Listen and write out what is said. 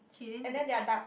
and then there're ducks